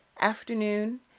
afternoon